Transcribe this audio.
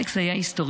אלכס היה היסטוריון,